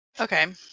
okay